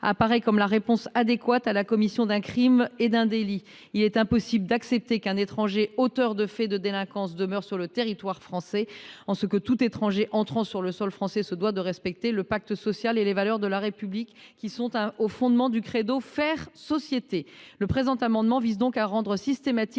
apparaît comme la réponse adéquate à la commission d’un crime ou d’un délit. Il est impossible d’accepter qu’un étranger auteur de faits de délinquance demeure sur le territoire français. Tout étranger entrant sur le sol français se doit de respecter le pacte social et les valeurs de la République qui sont au fondement du credo « faire société ». Le présent amendement vise à rendre systématique